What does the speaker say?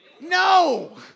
No